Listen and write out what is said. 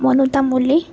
Manu Tamuli